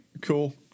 Cool